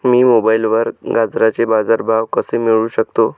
मी मोबाईलवर गाजराचे बाजार भाव कसे मिळवू शकतो?